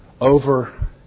over